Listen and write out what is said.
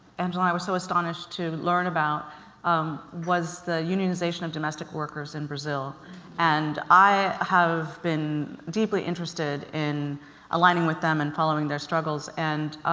angela i was so astonished to learn about um was the unionization of domestic workers in brazil and i have been deeply interested in aligning with them and following their struggles and